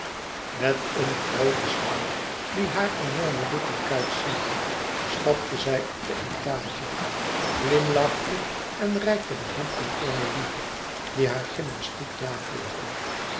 met een grooten stap die haar witte enorme kuit zien liet stapte zij op de étage glimlachte en reikte de hand aan cornélie die hare gymnastiek navolgde